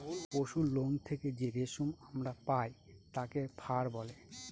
পশুরলোম থেকে যে রেশম আমরা পায় তাকে ফার বলে